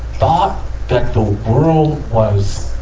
thought that the world was,